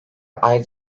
aynı